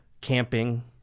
camping